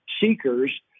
seekers